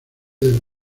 del